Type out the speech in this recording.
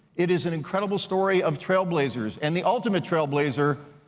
it is an incredible story of trailblazers, and the ultimate trailblazer,